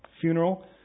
funeral